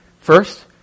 first